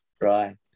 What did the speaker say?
Right